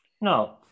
No